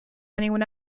anyone